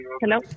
Hello